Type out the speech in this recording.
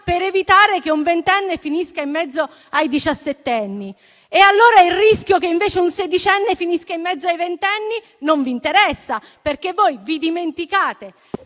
per evitare che un ventenne finisca in mezzo ai diciassettenni. E allora il rischio che invece un sedicenne finisca in mezzo ai ventenni? Non vi interessa. Voi dimenticate